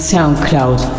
SoundCloud